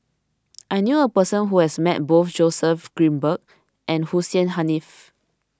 I knew a person who has met both Joseph Grimberg and Hussein Haniff